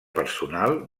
personal